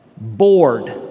bored